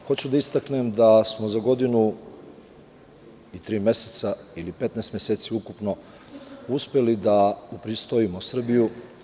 Hoću da istaknem da smo za godinu i tri meseca ili 15 meseci ukupno uspeli da upristojimo Srbiju.